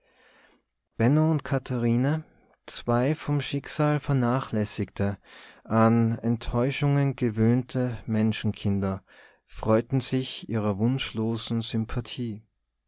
katharine zwei vom schicksal vernachlässigte an enttäuschungen gewöhnte menschenkinder freuten sich ihrer wunschlosen sympathie